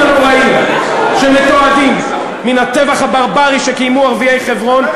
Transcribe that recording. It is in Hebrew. הנוראים שמתועדים מן הטבח הברברי שקיימו ערביי חברון,